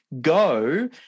go